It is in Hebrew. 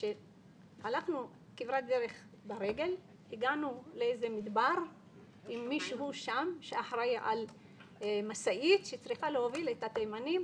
הגענו לאיזה מדבר עם מישהו שם שאחראי על משאית שצריכה להוביל את התימנים